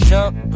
Jump